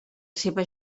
seua